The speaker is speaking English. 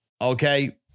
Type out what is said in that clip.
Okay